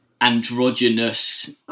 androgynous